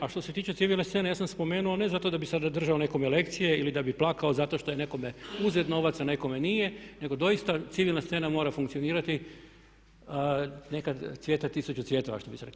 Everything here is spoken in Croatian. A što se tiče civilne scene, ja sam spomenuo ne zato da bih sada držao nekome lekcije ili da bih plakao zato što je nekome uzet novac a nekome nije nego doista civilna scena mora funkcionirati, neka cvjeta tisuću cvjetova što bi se reklo.